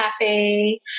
cafe